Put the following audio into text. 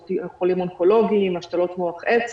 או חולים אונקולוגיים או השתלות מח עצם,